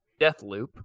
Deathloop